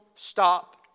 Stop